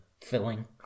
filling